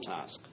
task